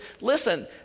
listen